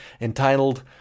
entitled